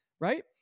right